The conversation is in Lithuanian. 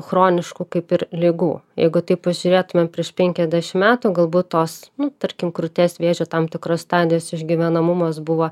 chroniškų kaip ir ligų jeigu taip pažiūrėtumėm prieš penkiasdešimt metų galbūt tos nu tarkim krūties vėžio tam tikros stadijos išgyvenamumas buvo